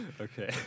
Okay